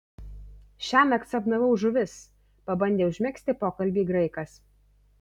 šiąnakt sapnavau žuvis pabandė užmegzti pokalbį graikas